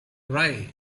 rye